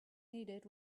needed